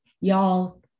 y'all